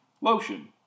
Lotion